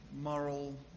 moral